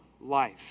life